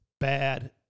bad